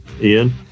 Ian